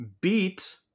beat